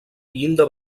llinda